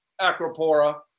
Acropora